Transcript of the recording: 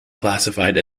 classified